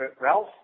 Ralph